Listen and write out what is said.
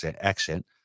accent